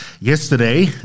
Yesterday